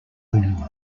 only